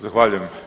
Zahvaljujem.